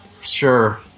Sure